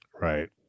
right